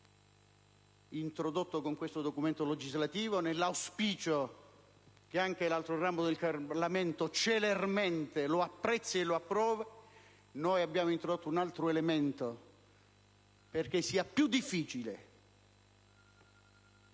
introdotto con questo documento legislativo, nell'auspicio che anche l'altro ramo del Parlamento celermente lo apprezzi e lo approvi, un altro elemento perché sia più difficile